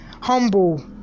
humble